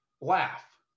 laugh